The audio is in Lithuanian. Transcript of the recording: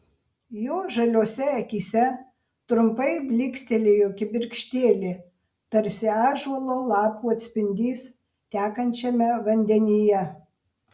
jo žaliose akyse trumpai blykstelėjo kibirkštėlė tarsi ąžuolo lapų atspindys tekančiame vandenyje